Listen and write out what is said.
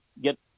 get